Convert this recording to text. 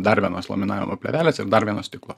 dar vienos laminavimo plėvelės ir dar vieno stiklo